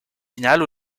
finale